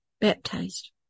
baptized